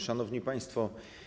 Szanowni Państwo!